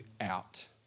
out